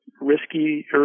risky